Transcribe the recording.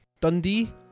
Dundee